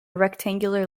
rectangular